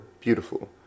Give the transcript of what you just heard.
beautiful